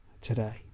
today